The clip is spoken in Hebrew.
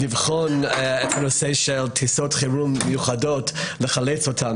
לבחון את הנושא של טיסות חירום מיוחדות לחילוץ.